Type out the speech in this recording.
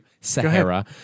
sahara